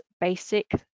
basic